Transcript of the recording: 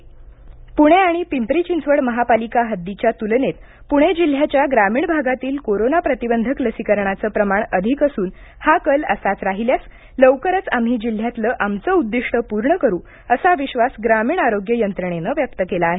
पुणे लसीकरण पुणे आणि पिंपरी चिंचवड महापालिका हद्दीच्या तुलनेत पुणे जिल्ह्याच्या ग्रामीण भागातील कोरोना प्रतिबंधक लसीकरणाचे प्रमाण अधिक असून हा कल असाच राहिल्यास लवकरच आम्ही जिल्ह्यातील आमचं उद्घिष्ट पूर्ण करू असा विश्वास ग्रामीण आरोग्य यंत्रणेनं व्यक्त केला आहे